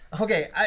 okay